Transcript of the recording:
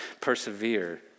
persevere